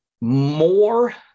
more